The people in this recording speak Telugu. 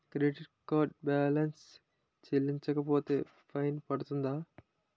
క్రెడిట్ కార్డ్ బాలన్స్ చెల్లించకపోతే ఫైన్ పడ్తుంద?